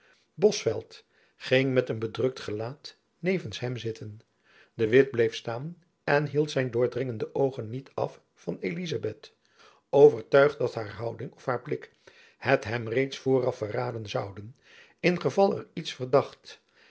bosveldt ging met een bedrukt gelaat nevens hem zitten de witt bleef staan en hield zijn doordringende oogen niet af van elizabeth overtuigd dat haar houding of haar blik het hem reeds vooraf verraden zouden in geval eriets verdacht